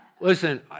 listen